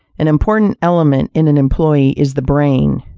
an important element in an employee is the brain.